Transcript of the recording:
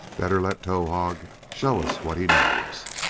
better let towahg show us what he knows.